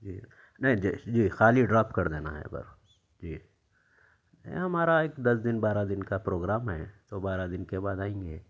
جی نہیں جی جی خالی ڈراپ کر دینا ہے بس جی ہے ہمارا ایک دس دن بارہ دن کا پروگرام ہے تو بارہ دن کے بعد آئیں گے